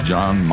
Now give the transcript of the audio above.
John